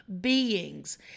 beings